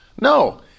No